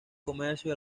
comercio